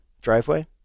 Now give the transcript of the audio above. driveway